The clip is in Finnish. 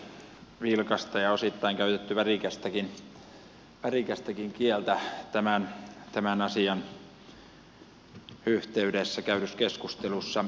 täällä on käyty vilkasta keskustelua ja osittain käytetty värikästäkin kieltä tämän asian yhteydessä käydyssä keskustelussa